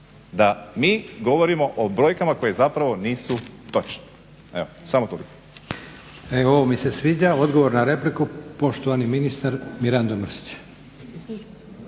Da mi govorimo o brojkama koje zapravo nisu točne. Evo, samo toliko. **Leko, Josip (SDP)** E ovo mi se sviđa, odgovor na repliku poštovani ministar Mirando Mrsić.